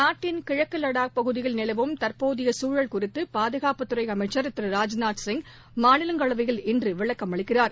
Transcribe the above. நாட்டின் கிழக்குலடாக் பகுதியில் நிலவும் தற்போதையகுழல் குறித்தபாதுகாப்புத்துறைஅமைச்சர் திரு ராஜ்நாத் சிங் மாநிலங்களவையில் இன்றுவிளக்கம் அளிக்கிறார்